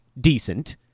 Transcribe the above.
decent